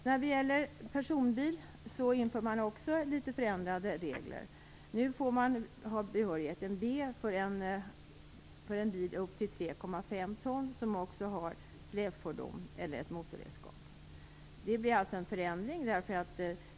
När det gäller personbil införs också litet förändrade regler. Nu kommer behörigheten B att gälla för bilar upp till 3,5 ton som också har släpfordon eller ett motorredskap. Det sker alltså en förändring.